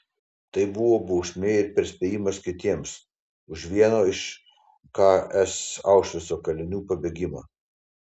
tai buvo bausmė ir perspėjimas kitiems už vieno iš ks aušvico kalinių pabėgimą